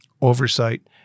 oversight